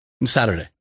Saturday